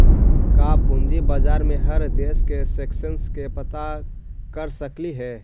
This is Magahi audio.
का पूंजी बाजार में हर देश के सेंसेक्स पता कर सकली हे?